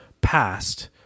past